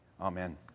Amen